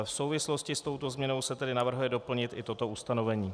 V souvislosti s touto změnou se tedy navrhuje doplnit i toto ustanovení.